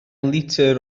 litr